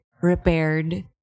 repaired